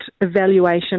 evaluation